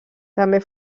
també